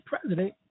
president